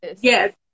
yes